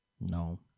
no